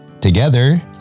together